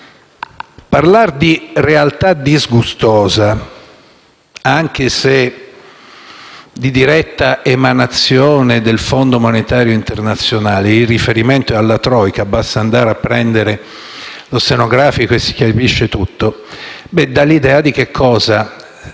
parlare di realtà disgustosa, anche se di diretta emanazione del Fondo monetario internazionale (il riferimento è alla *troika*, basta andare a prendere il Resoconto stenografico e si capisce tutto), dà l'idea di cosa